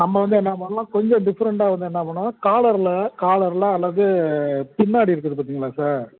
நம்ம வந்து என்ன பண்ணலாம் கொஞ்சம் டிப்ஃரெண்டாக வந்து என்ன பண்ணலாம் காலரில் காலரில் அல்லது பின்னாடி இருக்குது பார்த்தீங்களா சார்